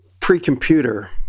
Pre-computer